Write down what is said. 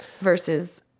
versus